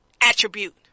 attribute